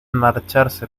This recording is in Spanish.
marcharse